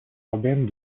urbaine